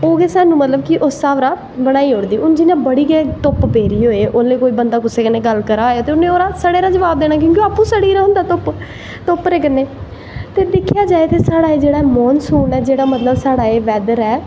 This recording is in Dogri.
ओह् गै साह्नू मतलव उस हिसाव दा करी ओड़दी हून जियां बड़ी गै धुप्प पेदी होऐ उसलै बंदा कुसे कन्नै गल्ल करा दा होैऐ ते उनें ओह्दा सड़े दा जवाव देना क्योंकि अप्पैं सड़ी दा होंदा धुप्प दे कन्नै ते दिक्खेआ जाए साढ़ा जेह्ड़ा मानसून ऐ बैद्दर ऐ